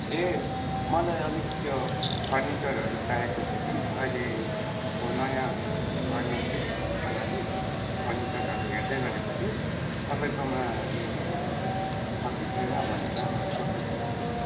ए मलाई अलिक त्यो फर्निचरहरू चाहिएको थियो कि अहिले म नयाँ घरमा सिफ्ट हुनुको लागि फर्निचरहरू हेर्दै गरेको थिएँ तपाईँकोमा यो छ कि छैन भनेर सोध्नुको लागि नि